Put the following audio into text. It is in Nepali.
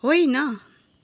होइन